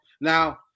Now